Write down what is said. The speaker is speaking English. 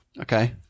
Okay